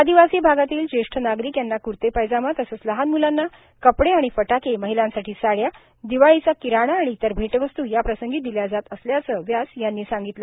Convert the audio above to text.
आदिवासी भागातील जेष्ठ नागरिक यांना क्र्ते पायजमा तसेच लहान मुलाना कपडे आणि फटाके महिलांसाठी साड्या दिवाळीचा किराणा आणि इतर भेटवस्त् याप्रसंगी दिल्या जात असल्याच व्यास यांनी सांगितल